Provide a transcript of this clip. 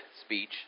speech